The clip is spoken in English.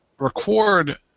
Record